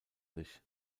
sich